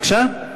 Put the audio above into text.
בבקשה?